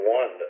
one